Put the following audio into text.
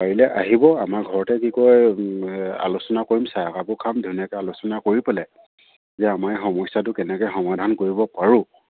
পাৰিলে আহিব আমাৰ ঘৰতে কি কয় আলোচনা কৰিম চাহ এ কাপো খাম ধুনীয়াকে আলোচনা কৰি পেলাই যে আমাৰ এই সমস্যাটো কেনেকে সমাধান কৰিব পাৰোঁ